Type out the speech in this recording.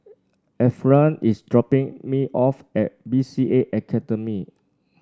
Ephriam is dropping me off at B C A Academy